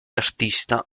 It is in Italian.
artista